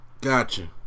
Gotcha